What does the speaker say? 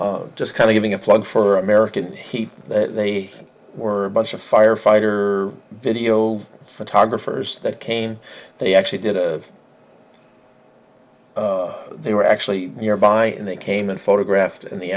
just kind of giving a plug for american heat they were a bunch of firefighter video photographers that came they actually did as they were actually nearby and they came and photographed in the